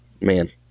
man